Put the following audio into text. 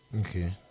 Okay